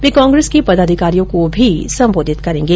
वे कांग्रेस के पदाधिकारियों को भी सेंबोधित करेंगे